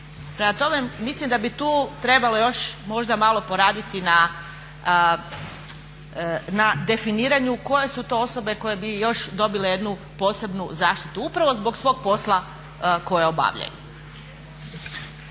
Prema tome, mislim da bi tu trebalo još možda malo poraditi na definiranju koje su to osobe koje bi još dobile jednu posebnu zaštitu. Upravo zbog svog posla koji obavljaju.